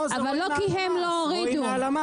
לא כי הם לא הורידו.